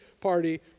party